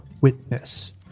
witness